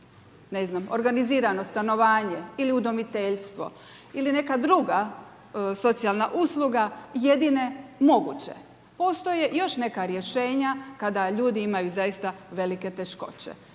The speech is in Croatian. ne znam, organizirano stanovanje ili udomiteljstvo ili neka druga socijalna usluga jedine moguće. Postoje još neka rješenja kada ljudi imaju zaista velike teškoće,